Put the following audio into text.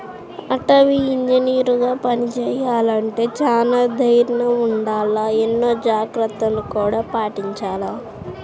అటవీ ఇంజనీరుగా పని చెయ్యాలంటే చానా దైర్నం ఉండాల, ఎన్నో జాగర్తలను గూడా పాటించాల